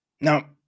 now